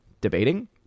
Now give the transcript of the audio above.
debating